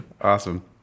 Awesome